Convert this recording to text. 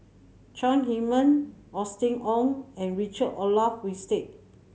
Chong Heman Austen Ong and Richard Olaf Winstedt